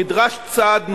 נדרש צעד נוסף,